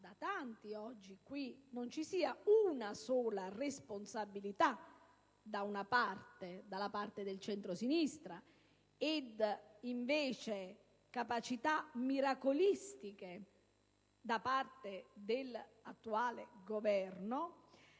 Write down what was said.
da tanti oggi in quest'Aula - non ci sia una sola responsabilità, dalla parte del centrosinistra, e invece capacità miracolistiche da parte dell'attuale Governo,